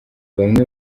bamwe